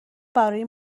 برای